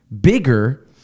bigger